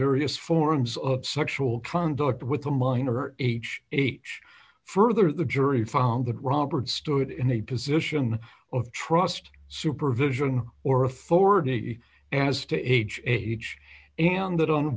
various forms of sexual conduct with a minor or h h further the jury found that robert stood in a position of trust supervision or authority as to age age and that on